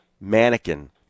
mannequin